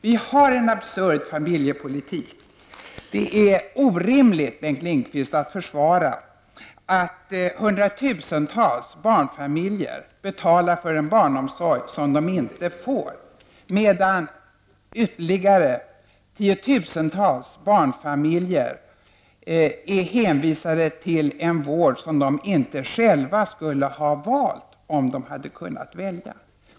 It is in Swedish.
Vi har en absurd familjepolitik. Det är, Bengt Lindqvist, orimligt att försvara att hundratusentals barnfamiljer betalar för en barnomsorg som de inte får, medan ytterligare tiotusentals barnfamiljer är hänvisade till en vård som de inte själva skulle ha valt om de hade kunnat välja.